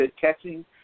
catching